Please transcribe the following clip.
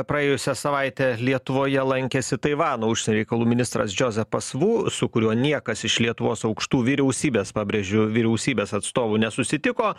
praėjusią savaitę lietuvoje lankėsi taivano užsienio reikalų ministras džozepas vu su kuriuo niekas iš lietuvos aukštų vyriausybės pabrėžiu vyriausybės atstovų nesusitiko